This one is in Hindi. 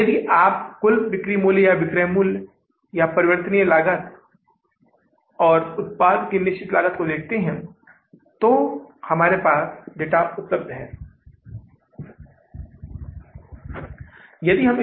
तो अब कितना समापन नकदी शेष है हमारे पास समापन नक़दी शेष वह है जो हम बैंक से उधार ले रहे हैं क्योंकि अगर आप पिछले पन्ने पर जाते हैं तो हमारे पास 318000 डॉलर की कमी थी हम बैंक गए हमने बैंक 318000 डॉलर का कर्ज लिया था